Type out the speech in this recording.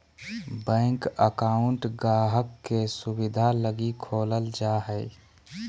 bank account गाहक़ के सुविधा लगी खोलल जा हय